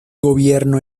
gobierno